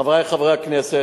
חברי חברי הכנסת,